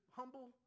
humble